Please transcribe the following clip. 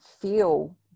feel